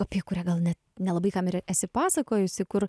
apie kurią gal net nelabai kam ir esi pasakojusi kur